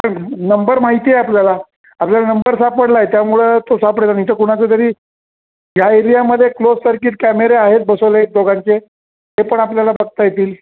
पण नंबर माहिती आहे आपल्याला आपल्याला नंबर सापडला आहे त्यामुळं तो सापडला नाही तर कुणाचं तरी या एरियामध्ये क्लोज सर्किट कॅमेरे आहेत बसवले दोघांचे ते पण आपल्याला बघता येतील